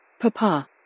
Papa